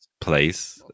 place